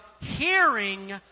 hearing